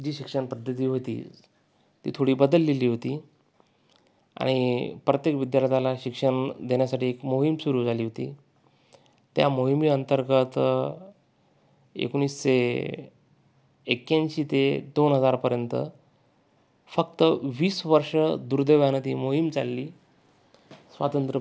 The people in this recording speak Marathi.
जी शिक्षणपद्धती होती ती थोडी बदललेली होती आणि प्रत्येक विद्यार्थ्याला शिक्षण देण्यासाठी एक मोहीम सुरू झाली होती त्या मोहिमे अंतर्गत एकोणीसशे एक्क्याऐंशी ते दोन हजारपर्यंत फक्त वीस वर्षं दुर्दैवानं ती मोहीम चालली स्वातंत्र्य